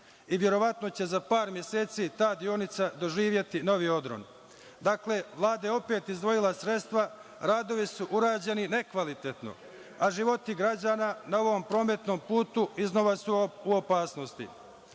i verovatno će za par meseci ta deonica doživeti novi odron. Dakle, Vlada je opet izdvojila sredstva, radovi su urađeni nekvalitetno, a životi građana na ovom prometnom putu iznova su u opasnosti.